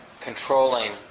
controlling